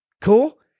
cool